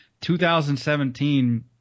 2017